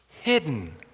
hidden